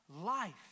life